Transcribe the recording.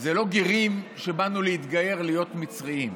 זה לא גרים שבאנו להתגייר ולהיות מצריים,